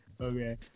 Okay